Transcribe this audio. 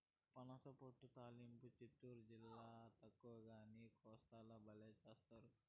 పనసపొట్టు తాలింపు చిత్తూరు జిల్లాల తక్కువగానీ, కోస్తాల బల్లే చేస్తారు